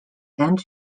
end